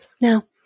Now